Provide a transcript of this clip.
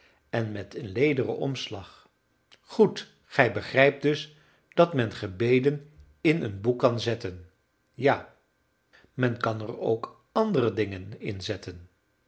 en met een lederen omslag goed gij begrijpt dus dat men gebeden in een boek kan zetten ja men kan er ook andere dingen inzetten